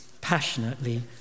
passionately